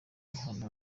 ahantu